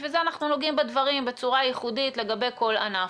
בשביל זה אנחנו נוגעים בדברים בצורה ייחודית לגבי כל ענף.